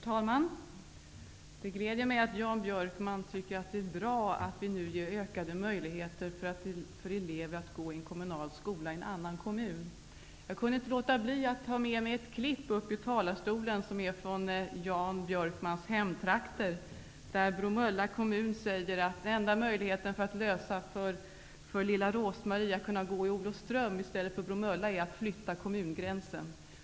Herr talman! Det gläder mig att Jan Björkman tycker att det är bra att vi nu ger ökade möjligheter för elever att gå i en kommunal skola i en annan kommun. Jag kan inte låta bli att ta med mig ett tidningsurklipp upp i talarstolen som är från Jan Björkmans hemtrakter. I tidningsurklippet står att Bromölla kommun säger att den enda möjligheten för lilla Ros-Marie att gå i skola i Olofström i stället för i Bromölla, är att flytta kommungränsen.